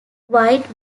wide